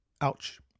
Ouch